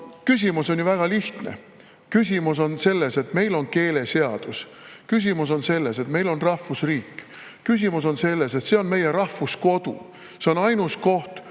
saan. Küsimus on ju väga lihtne. Küsimus on selles, et meil on keeleseadus. Küsimus on selles, et meil on rahvusriik. Küsimus on selles, et see on meie rahvuse kodu, see on ainus koht,